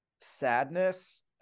Sadness